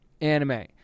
anime